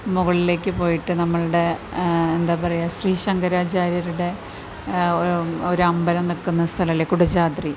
മുകളിലേക്ക് പോയിട്ട് നമ്മുടെ എന്താണ് പറയുക ശ്രീ ശങ്കരാചാര്യരുടെ ഒ ഒരമ്പലം നിൽക്കുന്ന സ്ഥലം ഇല്ലേ കുടജാദ്രി